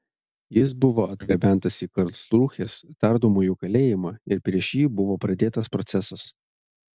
jis buvo atgabentas į karlsrūhės tardomųjų kalėjimą ir prieš jį buvo pradėtas procesas